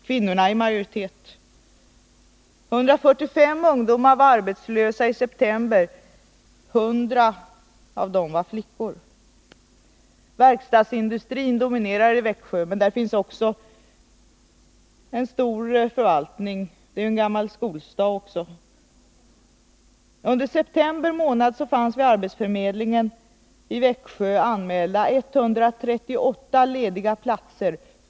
Kvinnorna är i majoritet. 145 ungdomar var arbetslösa i september, drygt 100 av dem var flickor. Verkstadsindustrin dominerar i Växjö, men där finns också en stor förvaltning — det är ju en gammal skolstad. Under september månad fanns vid arbetsförmedlingen anmälda 138 lediga platser.